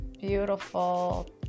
beautiful